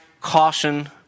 caution